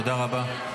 תודה רבה.